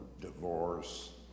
divorce